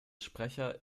sprecher